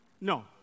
No